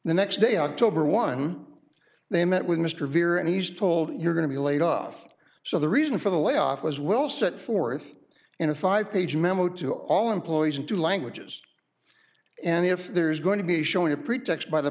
the next day october one they met with mr vere and he's told you're going to be laid off so the reason for the layoff was well set forth in a five page memo to all employees in two languages and if there's going to be showing a pretext by the